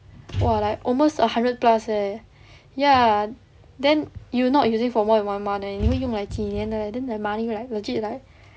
!wah! like almost a hundred plus leh ya then you not using for more than one month eh 你会用 like 几年的 leh then the money like legit like